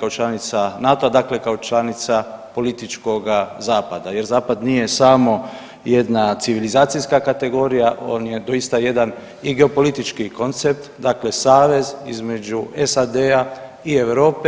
kao članica NATO-a, dakle kao članica političkoga zapada jer zapad nije samo jedna civilizacijska kategorija, on je doista i jedan i geopolitički kontekst, dakle savez između SAD-a i Europe.